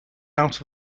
out